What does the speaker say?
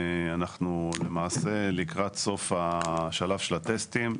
אנחנו למעשה לקראת סוף השלב של הטסטים,